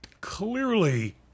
clearly